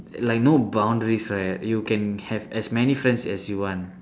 like no boundaries right you can have as many friends as you want